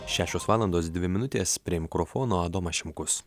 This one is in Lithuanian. šešios valandos dvi minutės prie mikrofono adomas šimkus